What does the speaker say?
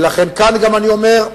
ולכן גם כאן אני אומר,